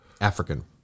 African